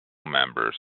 members